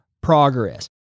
progress